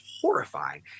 horrifying